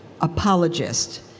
apologist